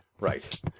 Right